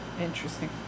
Interesting